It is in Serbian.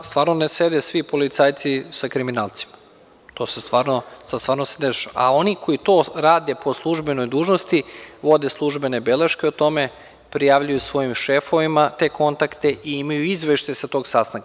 Stvarno ne sede svi policajci sa kriminalcima, a oni koji to rade po službenoj dužnosti, vode službene beleške o tome, prijavljuju svojim šefovima te kontakte i imaju izveštaj sa tog sastanka.